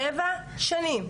שבע שנים.